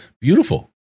beautiful